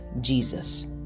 Jesus